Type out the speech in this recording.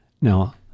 Now